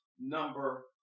number